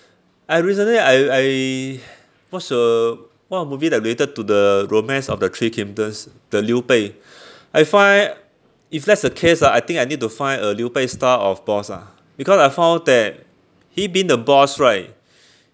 I recently I I watch a one of the movie that related to the romance of the three kingdoms the liu bei I find if that's the case ah I think I need to find a liu bei style of boss ah because I found that he being the boss right